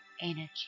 energy